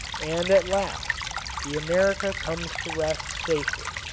and at last the america comes to rest safely,